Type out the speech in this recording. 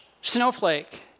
Snowflake